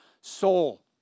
soul